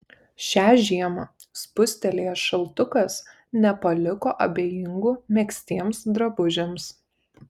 šią žiemą spustelėjęs šaltukas nepaliko abejingų megztiems drabužiams